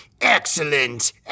Excellent